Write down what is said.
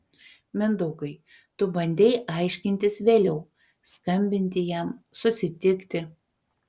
mindaugai tu bandei aiškintis vėliau skambinti jam susitikti